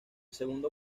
segundo